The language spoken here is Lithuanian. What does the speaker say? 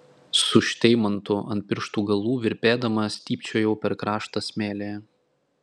su šteimantu ant pirštų galų virpėdama stypčiojau per karštą smėlį